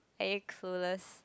are you clueless